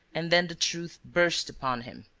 and then the truth burst upon him